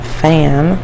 fan